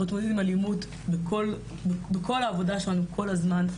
אנחנו חווים אלימות בכל העבודה שלנו כול הזמן,